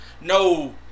No